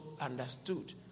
understood